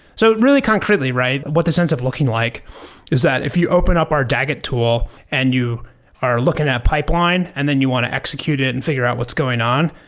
so really concretely, right? what this ends up looking like is that if you open up our dagit tool and you are looking at pipeline and then you want to execute it and figure out what's going on,